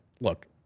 look